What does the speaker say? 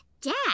Dad